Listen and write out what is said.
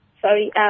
sorry